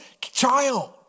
child